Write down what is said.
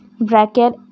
bracket